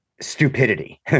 stupidity